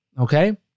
Okay